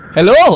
Hello